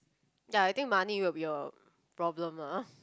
ya I think money will be a problem ah